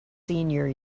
senior